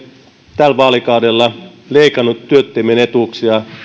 tällä vaalikaudella leikannut työttömien etuuksia